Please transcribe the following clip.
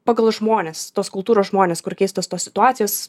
pagal žmones tos kultūros žmones kur keistos tos situacijos